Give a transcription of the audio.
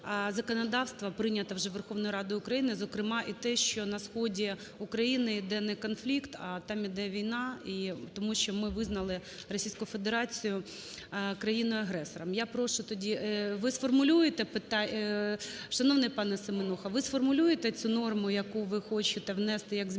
законодавство прийняте вже Верховною Радою України. Зокрема і те, що на сході України йде не конфлікт, а там іде війна, і тому що ми визнали Російську Федерацію країною-агресором. Я прошу тоді, ви сформулюєте… Шановний пане Семенуха, ви сформулюєте цю норму, яку ви хочете внести як зміну